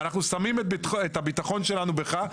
אנחנו שמים את הביטחון שלנו בך,